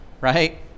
right